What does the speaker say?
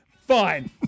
Fine